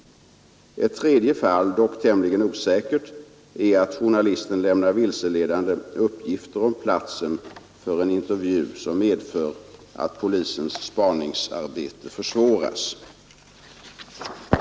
Ett tredje fall, dock tämligen osäkert, är att journalisten lämnar vilseledande uppgifter om platsen för en intervju, som medför att polisens spaningsarbete försvåras.